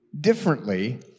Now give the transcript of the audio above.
differently